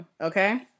okay